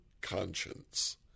conscience